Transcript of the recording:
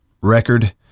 record